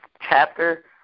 chapter